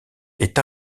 est